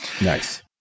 Nice